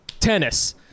Tennis